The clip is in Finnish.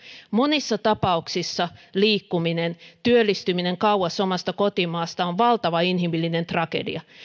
monissa tapauksissa liikkuminen työllistyminen kauas omasta kotimaasta on valtava inhimillinen tragedia